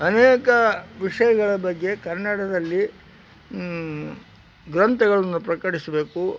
ಅನೇಕ ವಿಷಯಗಳ ಬಗ್ಗೆ ಕನ್ನಡದಲ್ಲಿ ಗ್ರಂಥಗಳನ್ನು ಪ್ರಕಟಿಸಬೇಕು